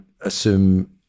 assume